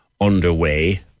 underway